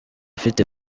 ufite